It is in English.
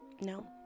No